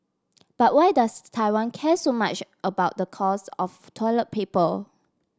but why does Taiwan care so much about the cost of toilet papal